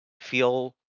feel